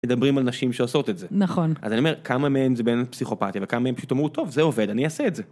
מדברים על נשים שעושות את זה - נכון - אז אני אומר כמה מהם זה בין פסיכופתיה וכמה פשוט אמרו טוב זה עובד אני אעשה את זה.